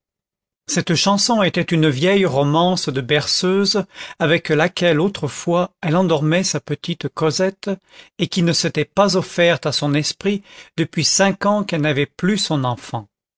cette chanson était une vieille romance de berceuse avec laquelle autrefois elle endormait sa petite cosette et qui ne s'était pas offerte à son esprit depuis cinq ans qu'elle n'avait plus son enfant